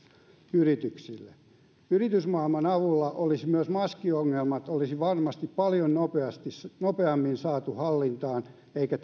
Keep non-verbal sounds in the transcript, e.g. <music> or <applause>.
yrityksille yritysmaailman avulla myös maskiongelmat olisi varmasti paljon nopeammin saatu hallintaan eikä <unintelligible>